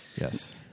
Yes